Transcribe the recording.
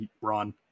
run